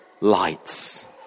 lights